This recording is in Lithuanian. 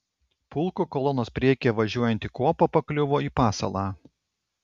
pulko kolonos priekyje važiuojanti kuopa pakliuvo į pasalą